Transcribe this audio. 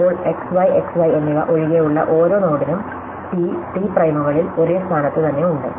ഇപ്പോൾ x y x y എന്നിവ ഒഴികെയുള്ള ഓരോ നോഡിനും ടി ടി പ്രൈമുകളിൽ ഒരേ സ്ഥാനത്ത് തന്നെ ഉണ്ട്